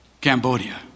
Cambodia